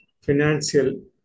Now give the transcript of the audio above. financial